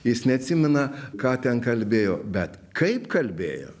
jis neatsimena ką ten kalbėjo bet kaip kalbėjo